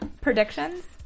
Predictions